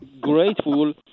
grateful